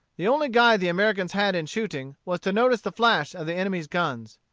the only guide the americans had in shooting, was to notice the flash of the enemy's guns.